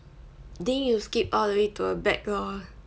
then you skip all the way to the back lor